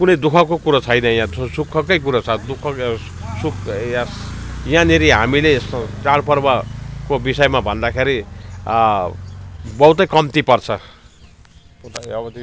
कुनै दुःखको कुरो छैन यहाँ सुखको कुरो छ दुःखको सुख यस यहाँनेरि हामीले स चाडपर्वको विषयमा भन्दाखेरि बहुत कम्ती पर्छ